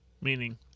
Meaning